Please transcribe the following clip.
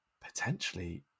potentially